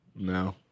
no